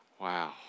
Wow